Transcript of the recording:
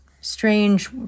strange